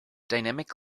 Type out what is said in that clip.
dynamic